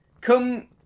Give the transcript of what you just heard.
come